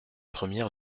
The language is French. première